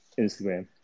Instagram